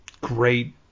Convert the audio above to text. great